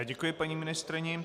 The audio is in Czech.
Děkuji paní ministryni.